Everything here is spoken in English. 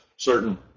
certain